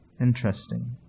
Interesting